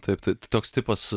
taip tai toks tipas